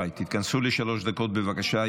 התכנסו לשלוש דקות, בבקשה.